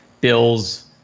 Bills